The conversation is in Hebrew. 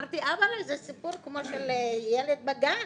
אמרתי: אבא, זה סיפור כמו של ילד בגן